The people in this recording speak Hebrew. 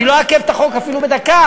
אני לא אעכב את החוק אפילו בדקה.